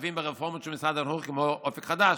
שותפים ברפורמות של משרד החינוך כמו אופ"ק חדש,